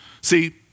See